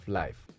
life